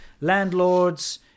landlords